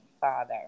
father